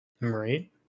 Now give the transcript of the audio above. Right